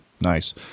Nice